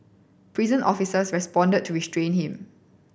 prison officers responded to restrain him